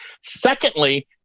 Secondly